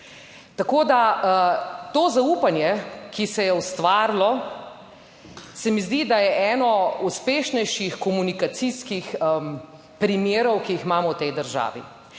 Tako da to zaupanje, ki se je ustvarilo, se mi zdi, da je eno uspešnejših komunikacijskih primerov, ki jih imamo v tej državi.